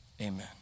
Amen